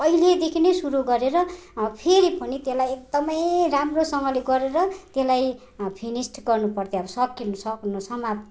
पहिल्यैदेखि नै सुरु गरेर फेरि पनि त्यसलाई एकदमै राम्रोसँगले गरेर त्यसलाई फिनिस्ड गर्नु पर्थ्यो अब सक्नु सक्नु समाप्त